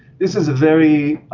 this is a very